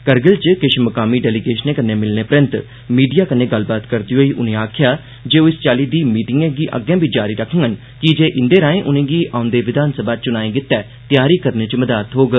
करगिल च किश मकामी डेलीगेशनें कन्नै मिलने परैंत मीडिया कन्नै गल्लबात करदे होई आक्खेआ जे ओह् इस चाल्ली दी मीटिंगें गी अग्गें बी जारी रक्खडन कीजे इंदे राए उनेंगी औंदे विघानसभा चुनाए गित्तै तैयार करने च मदाद थ्होग